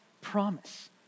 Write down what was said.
promise